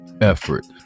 effort